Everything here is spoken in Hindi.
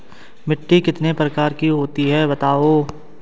मिट्टी कितने प्रकार की होती हैं बताओ?